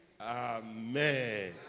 Amen